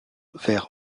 vers